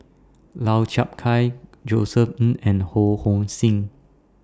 Lau Chiap Khai Josef Ng and Ho Hong Sing